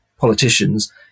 politicians